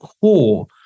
core-